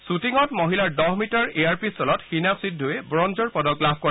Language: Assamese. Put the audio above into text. ধুটিঙত মহিলাৰ দহ মিটাৰ এয়াৰ পিষ্টলত হীনা সিদ্ধুই ৱঞ্জৰ পদক লাভ কৰে